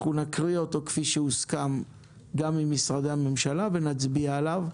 אנחנו נקריא אותו כפי שהוסכם גם עם משרדי הממשלה ונצביע עליו.